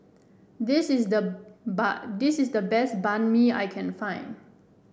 this is the this is the best Banh Mi I can find